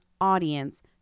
audience